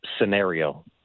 scenario